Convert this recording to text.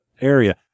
area